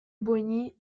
boigny